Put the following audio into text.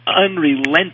unrelenting